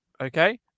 Okay